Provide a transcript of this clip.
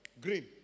green